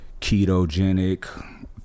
Ketogenic